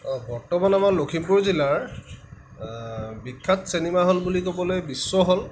বৰ্তমান আমাৰ লখিমপুৰ জিলাৰ বিখ্যাত চিনেমা হল বুলি ক'বলৈ বিশ্ব হল